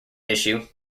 issue